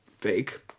fake